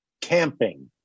camping